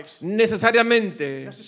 necesariamente